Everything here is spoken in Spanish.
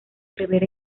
ribera